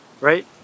right